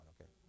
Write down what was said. okay